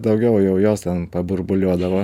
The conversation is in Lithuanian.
daugiau jau jos ten paburbuliuodavo